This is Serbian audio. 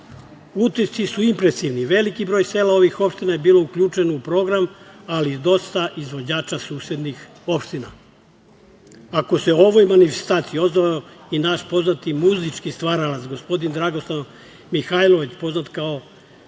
Utisci su impresivni. Veliki broj sela ovih opština je bilo uključeno u program, ali i dosta izvođača susednih opština. Ako se ovoj manifestaciji odazvao i naš poznati muzički stvaralac gospodin Dragoslav Mihajlović, poznat pod